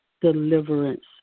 deliverance